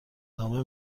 نامه